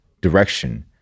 direction